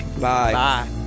Bye